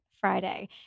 Friday